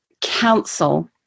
council